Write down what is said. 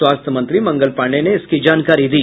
स्वास्थ्य मंत्री मंगल पांडेय ने इसकी जानकारी दी